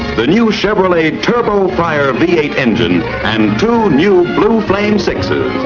the new chevrolet turbo-fire v eight engine and two new blue flame sixes.